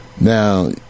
Now